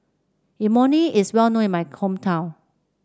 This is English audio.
Imoni is well known in my hometown